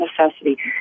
necessity